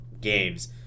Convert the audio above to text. games